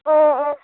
অ অ